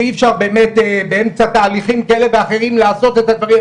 שאי-אפשר באמצע תהליכים לעשות את הדברים.